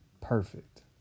perfect